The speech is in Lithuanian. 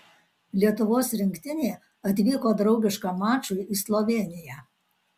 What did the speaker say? lietuvos rinktinė atvyko draugiškam mačui į slovėniją